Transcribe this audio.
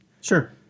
Sure